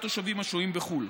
או תושבים השוהים בחו"ל.